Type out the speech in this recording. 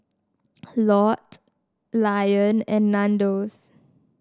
Lotte Lion and Nandos